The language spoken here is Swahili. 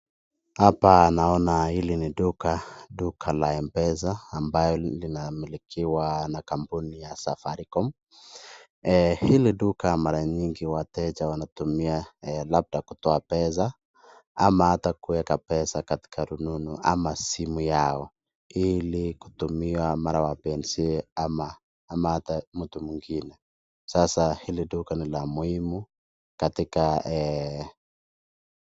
Hapa naona hili ni duka. Duka la Mpesa, ambayo linamilikiwa na kampuni ya Safaricom. Hili duka mara mingi wateja wanatumia labda kutoa pesa ama hata kueka pesa katika rununu ama simu yao ili kutumia mara wapenzie ama hata mtu mwingine. Sasa hili duka ni muhimu katika ee